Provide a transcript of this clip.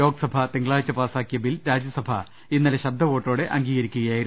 ലോക്സഭ തിങ്കളാഴ്ച്ച പാസാക്കിയ ബിൽ രാജ്യസഭ ഇന്നലെ ശബ്ദവോട്ടോടെ അംഗീകരിക്കുകയായിരുന്നു